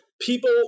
People